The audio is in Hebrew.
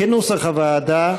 כנוסח הוועדה,